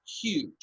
huge